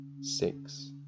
six